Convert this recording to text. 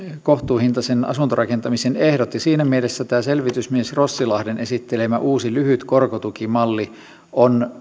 kohtuuhintaisen asuntorakentamisen ehdot ja siinä mielessä tätä selvitysmies rossilahden esittelemää uutta lyhyttä korkotukimallia on